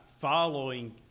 following